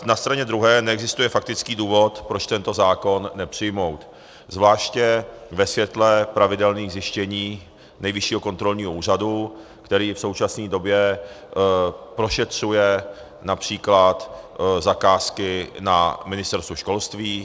Na straně druhé neexistuje faktický důvod, proč tento zákon nepřijmout, zvláště ve světle pravidelných zjištění Nejvyššího kontrolního úřadu, který v současné době prošetřuje například zakázky na Ministerstvu školství.